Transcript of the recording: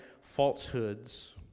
falsehoods